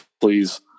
Please